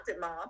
mom